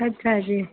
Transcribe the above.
ਅੱਛਾ ਜੀ